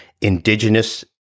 indigenous